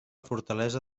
fortalesa